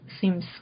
seems